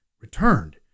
returned